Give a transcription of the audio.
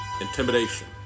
intimidation